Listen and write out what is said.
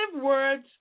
words